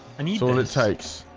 ah need all the types.